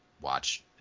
watch